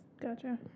Gotcha